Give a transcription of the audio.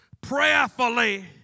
prayerfully